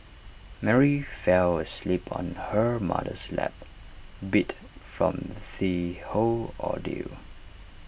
Mary fell asleep on her mother's lap beat from the whole ordeal